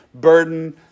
burden